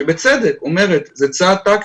שבצדק אומרת, זה צעד טקטי,